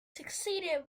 succeeded